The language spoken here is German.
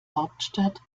hauptstadt